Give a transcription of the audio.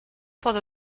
pode